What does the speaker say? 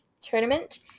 Tournament